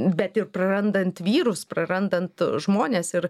bet ir prarandant vyrus prarandant žmones ir